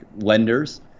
lenders